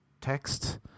text